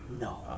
No